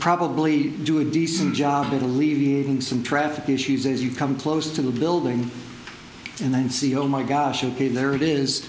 probably do a decent job in alleviating some traffic issues as you come close to the building and then see oh my gosh ok there it is